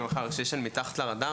אני העורך הראשי של "מתחת לרדאר",